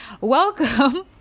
welcome